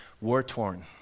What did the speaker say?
War-torn